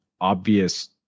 obvious